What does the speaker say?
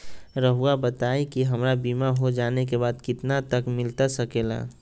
रहुआ बताइए कि हमारा बीमा हो जाने के बाद कितना तक मिलता सके ला?